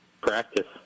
practice